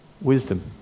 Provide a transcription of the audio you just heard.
wisdom